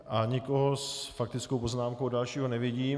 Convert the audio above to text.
A nikoho s faktickou poznámkou dalšího nevidím.